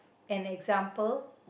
an example